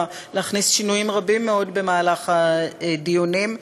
להכניס שינויים רבים מאוד במהלך הדיונים.